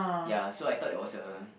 ya so I thought that was a